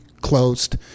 closed